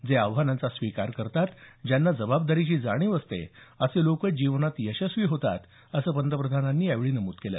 जे आव्हानांचा स्वीकार करतात ज्यांना जबाबदारीची जाणीव असते असे लोकच जीवनात यशस्वी होतात असं पंतप्रधानांनी यावेळी नमूद केलं